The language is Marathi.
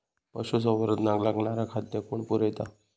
पशुसंवर्धनाक लागणारा खादय कोण पुरयता?